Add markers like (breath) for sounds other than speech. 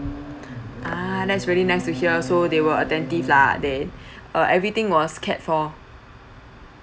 ah that's really nice to hear so they were attentive lah they (breath) uh everything was cared for